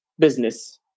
business